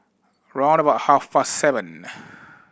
round about half past seven